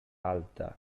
alta